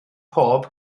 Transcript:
pob